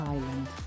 Island